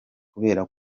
kubera